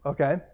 Okay